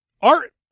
Art